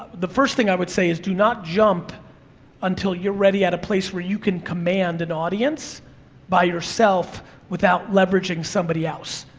the first thing i would say is do not jump until you're ready at a place where you can command an audience by yourself without leveraging somebody else.